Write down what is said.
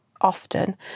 often